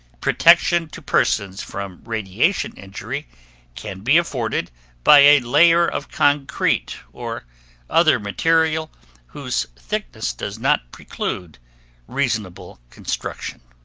protection to persons from radiation injury can be afforded by a layer of concrete or other material whose thickness does not preclude reasonable construction.